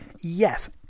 Yes